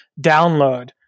download